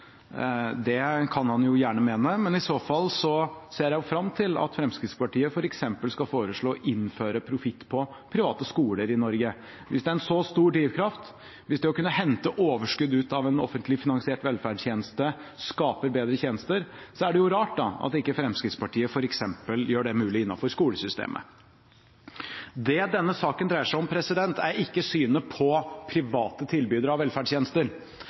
Det kan han jo gjerne mene, men i så fall ser jeg fram til at Fremskrittspartiet f.eks. skal foreslå å innføre profitt på private skoler i Norge, hvis det er en så stor drivkraft. Hvis det å kunne hente overskudd ut av en offentlig finansiert velferdstjeneste skaper bedre tjenester, er det jo rart at ikke Fremskrittspartiet f.eks. gjør det mulig innenfor skolesystemet. Det denne saken dreier seg om, er ikke synet på private tilbydere av velferdstjenester.